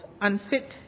unfit